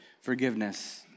forgiveness